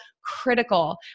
critical